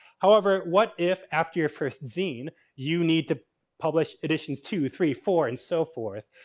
however, what if after your first zine you need to publish editions two, three, four, and so forth?